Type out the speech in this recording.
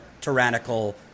tyrannical